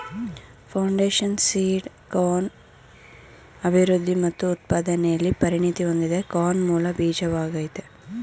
foundation seed corn ಅಭಿವೃದ್ಧಿ ಮತ್ತು ಉತ್ಪಾದನೆಲಿ ಪರಿಣತಿ ಹೊಂದಿದೆ ಕಾರ್ನ್ ಮೂಲ ಬೀಜವಾಗಯ್ತೆ